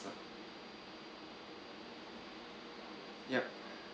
ya